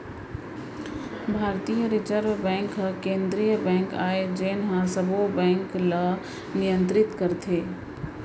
भारतीय reserve bank ह केंद्रीय बेंक आय जेन ह सबो बेंक ल नियतरित करथे